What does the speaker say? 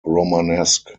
romanesque